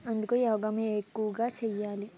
అందుకే యోగా మే ఎక్కువగా చెయ్యాలి